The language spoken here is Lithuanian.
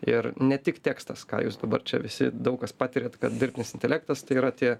ir ne tik tekstas ką jūs dabar čia visi daug kas patiriat kad dirbtinis intelektas tai yra tie